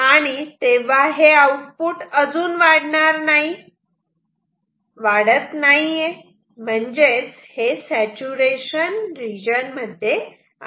आणि तेव्हा हे आउटपुट अजून वाढणार नाही म्हणजेच हे सॅचूरेशन रिजन मध्ये आहे